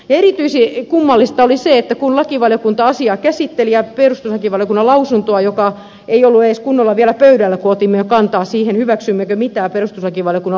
erityisen kummallista oli se kun lakivaliokunta asiaa käsitteli ja perustuslakivaliokunnan lausuntoa joka ei ollut edes kunnolla vielä pöydällä kun otimme jo kantaa siihen hyväksymmekö mitään perustuslakivaliokunnan lausumaehdotusta